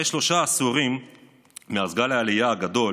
שלושה עשורים מאז גל העלייה הגדול